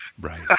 Right